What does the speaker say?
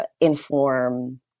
inform